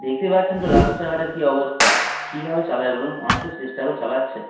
দেখতেই পাচ্ছেন তো রাস্তাঘাটের কী অবস্থা কীভাবে চালাবে বলুন অনেক তো চেষ্টা করে চালাচ্ছে